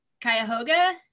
Cuyahoga